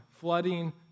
flooding